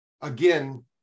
again